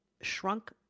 shrunk